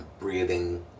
breathing